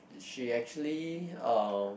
she actually uh